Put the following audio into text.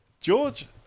George